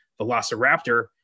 Velociraptor